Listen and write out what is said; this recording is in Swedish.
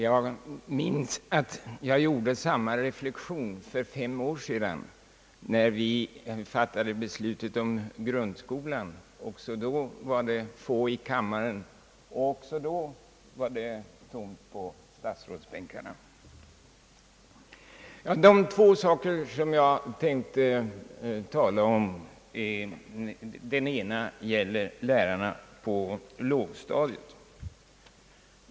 Jag minns att jag gjorde samma reflexion för fem år sedan, när vi fattade beslut om grundskolan. Också då var det få i kammaren, och även då var det tomt på statsrådsbänkarna. Av de två saker som jag tänkte tala om gäller den ena lärarna på lågstadiet.